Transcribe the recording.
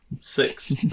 six